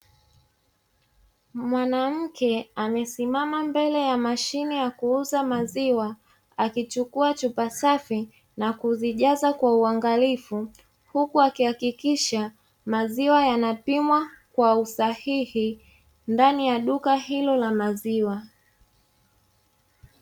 Mwanamke amesimama mbele ya mashine ya kuuza maziwa akichukua chupa safi na kuzijaza kwa uangalifu, huku akihakikisha maziwa yanapimwa kwa usahihi ndani ya duka hilo la maziwa.